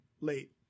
Late